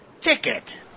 ticket